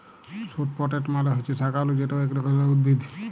sweet potato মালে হছে শাঁকালু যেট ইক ধরলের উদ্ভিদ